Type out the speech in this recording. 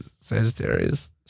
Sagittarius